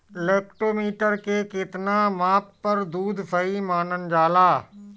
Lactometer के कितना माप पर दुध सही मानन जाला?